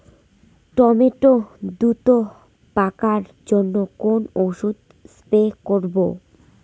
Tomato দ্রুত পাকার জন্য কোন ওষুধ স্প্রে করব?